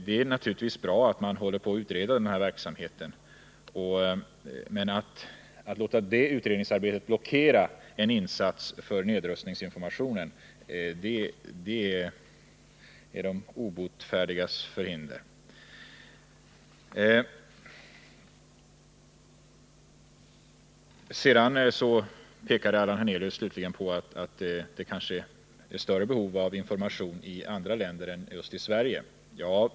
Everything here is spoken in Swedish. Det är naturligtvis bra att man utreder denna verksamhet, men att låta det utredningsarbetet blockera en insats för nedrustningsinformationen är de obotfärdigas förhinder. Till sist pekade Allan Hernelius på att det kanske finns större behov av information om nedrustning och fred i andra länder än just i Sverige.